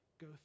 go